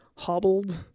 hobbled